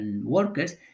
workers